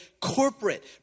corporate